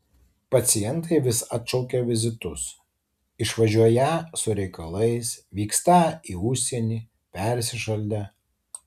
pacientai vis atšaukia vizitus išvažiuoją su reikalais vykstą į užsienį persišaldę